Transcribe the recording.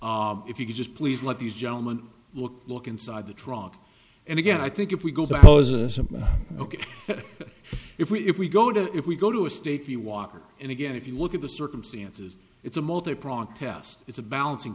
if you could just please let these gentlemen look look inside the truck and again i think if we go back ok if we if we go to if we go to a state the water and again if you look at the circumstances it's a multi pronged test it's a balancing